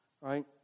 right